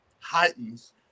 heightens